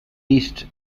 east